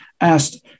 asked